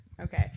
okay